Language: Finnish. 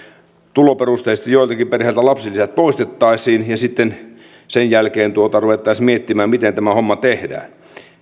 tuloperusteisesti joiltakin perheiltä lapsilisät poistettaisiin ja sitten sen jälkeen ruvettaisiin miettimään miten tämä homma tehdään